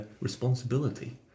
responsibility